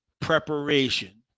preparation